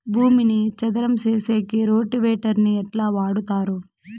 భూమిని చదరం సేసేకి రోటివేటర్ ని ఎట్లా వాడుతారు?